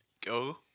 Go